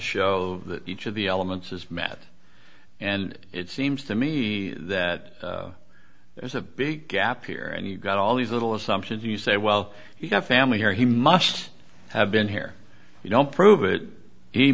show that each of the elements is met and it seems to me that there's a big gap here and you've got all these little assumptions you say well you've got family here he must have been here you don't prove it he